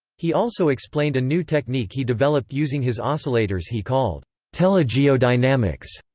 he also explained a new technique he developed using his oscillators he called telegeodynamics,